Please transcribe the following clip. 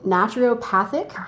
Naturopathic